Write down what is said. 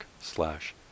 slash